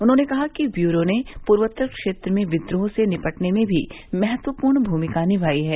उन्होंने कहा कि ब्यूरो ने पूर्वोत्तर क्षेत्र में विद्रोह से निपटने में भी महत्वपूर्ण भूमिका निभाई है